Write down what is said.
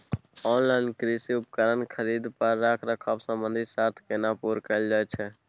Online कृषि उपकरण खरीद पर रखरखाव संबंधी सर्त केना पूरा कैल जायत छै?